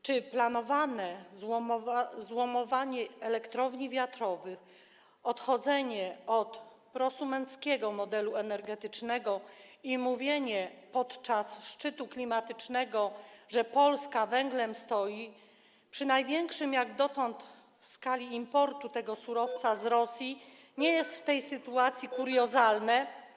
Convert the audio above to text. Czy planowane złomowanie elektrowni wiatrowych, odchodzenie od prosumenckiego modelu energetycznego i mówienie podczas szczytu klimatycznego, że Polska węglem stoi, przy największej jak dotąd skali importu tego surowca z Rosji, nie jest w tej sytuacji kuriozalne?